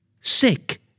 Sick